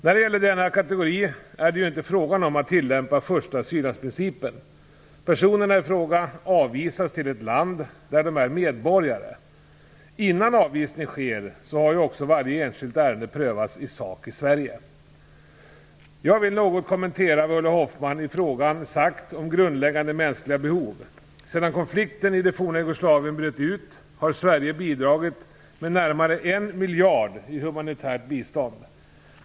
När det gäller denna kategori är det ju inte fråga om att tillämpa första asyllandsprincipen. Personerna i fråga avvisas till ett land där de är medborgare. Innan avvisning sker så har ju också varje enskilt ärende prövats i sak i Sverige. Jag vill något kommentera vad Ulla Hoffmann i frågan sagt om grundläggande mänskliga behov. Sedan konflikten i det forna Jugoslavien bröt ut har Sverige bidragit med närmare en miljard i humanitärt bistånd.